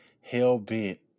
hell-bent